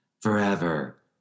forever